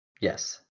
Yes